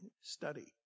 study